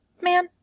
man